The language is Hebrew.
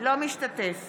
אינו משתתף